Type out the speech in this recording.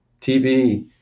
TV